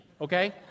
okay